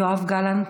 יואב גלנט,